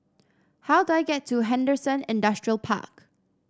how do I get to Henderson Industrial Park